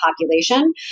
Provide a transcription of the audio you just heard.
population